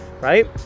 right